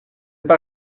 pas